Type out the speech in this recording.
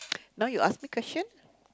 now you ask me question